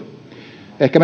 ehkä